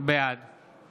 בעד